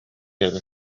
эбит